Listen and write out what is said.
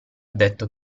detto